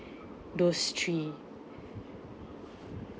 those three